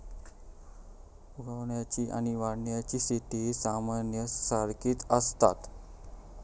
उगवण्याची आणि वाढण्याची स्थिती सामान्यतः सारखीच असता